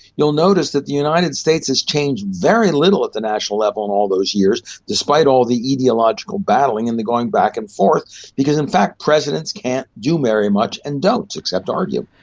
you'll notice that the united states has changed very little at the national level in and all those years, despite all the ideological battling and the going back and forth because in fact presidents can't do very much, and don't, except argue.